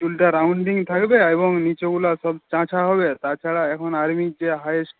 চুলটা রাউন্ডিং থাকবে এবং নীচেগুলা সব চাঁচা হবে তাছাড়া এখন আর্মির যে হায়েস্ট